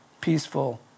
peaceful